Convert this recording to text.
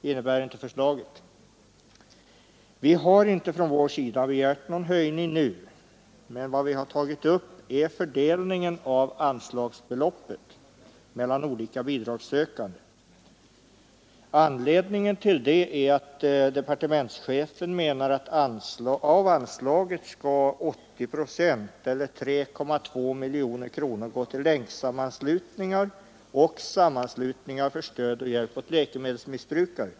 Från vår sida har vi inte nu begärt någon höjning, men vi har tagit upp frågan om fördelningen av anslagsbeloppet mellan olika bidragssökande. Anledningen till det är att departementschefen menar att av anslaget skall 80 procent, eller 3,2 miljoner kronor, gå till länksammanslutningar och sammanslutningar för stöd och hjälp åt läkemedelsmissbrukare.